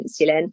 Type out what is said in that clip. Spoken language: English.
insulin